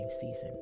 season